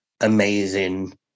amazing